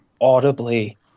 audibly